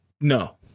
No